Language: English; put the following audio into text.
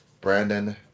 Brandon